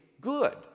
good